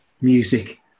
music